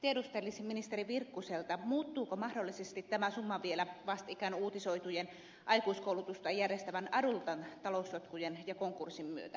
tiedustelisin ministeri virkkuselta muuttuuko tämä summa mahdollisesti vielä aikuiskoulutusta järjestävän adultan vastikään uutisoitujen taloussotkujen ja konkurssin myötä